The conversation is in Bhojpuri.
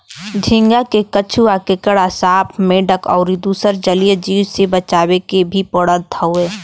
झींगा के कछुआ, केकड़ा, सांप, मेंढक अउरी दुसर जलीय जीव से बचावे के भी पड़त हवे